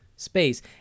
space